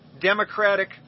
Democratic